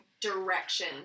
direction